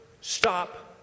stop